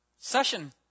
session